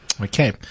Okay